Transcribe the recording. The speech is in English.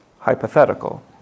hypothetical